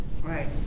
Right